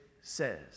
says